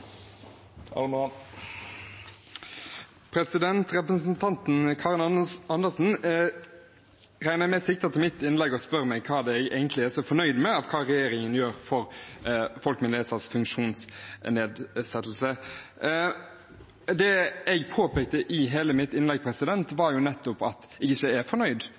meg hva det er jeg egentlig er så fornøyd med at regjeringen gjør for folk med funksjonsnedsettelse. Det jeg påpekte i hele mitt innlegg, var nettopp at jeg ikke er fornøyd